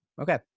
okay